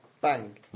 Bang